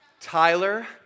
Tyler